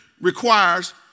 requires